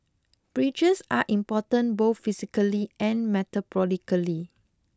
bridges are important both physically and metaphorically